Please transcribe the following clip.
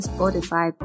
Spotify